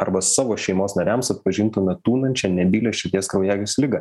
arba savo šeimos nariams atpažintume tūnančią nebylią širdies kraujagyslių ligą